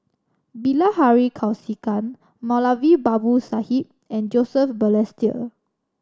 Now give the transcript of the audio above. Bilahari Kausikan Moulavi Babu Sahib and Joseph Balestier